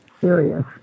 serious